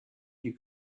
die